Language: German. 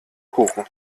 kuchen